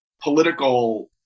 political